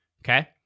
okay